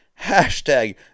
hashtag